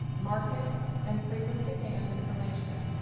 market and frequency band information.